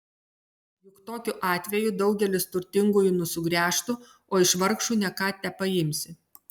juk tokiu atveju daugelis turtingųjų nusigręžtų o iš vargšų ne ką tepaimsi